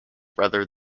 rather